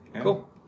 Cool